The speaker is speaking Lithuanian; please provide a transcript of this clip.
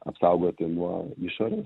apsaugoti nuo išorės